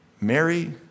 Mary